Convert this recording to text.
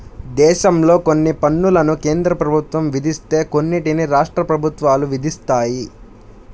దేశంలో కొన్ని పన్నులను కేంద్ర ప్రభుత్వం విధిస్తే కొన్నిటిని రాష్ట్ర ప్రభుత్వాలు విధిస్తాయి